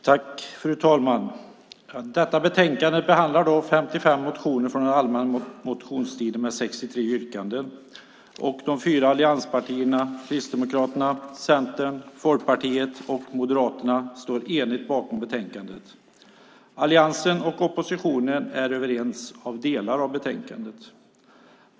Fru talman! Detta betänkande behandlar 55 motioner från den allmänna motionstiden med 63 yrkanden. De fyra allianspartierna Kristdemokrater, Centern, Folkpartiet och Moderaterna står enigt bakom betänkandet. Alliansen och oppositionen är överens om delar av betänkandet.